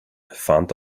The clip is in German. fand